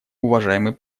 уважаемый